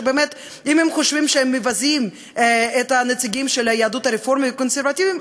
שאם הם חושבים שהם מבזים את הנציגים של היהדות הרפורמית והקונסרבטיבית,